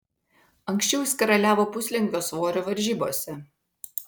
anksčiau jis karaliavo puslengvio svorio varžybose